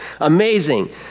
Amazing